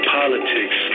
politics